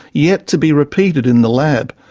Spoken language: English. yet to be repeated in the lab.